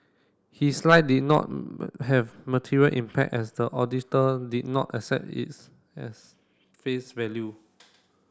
his lie did not have material impact as the auditor did not accept is as face value